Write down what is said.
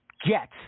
get